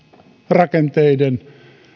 rakenteiden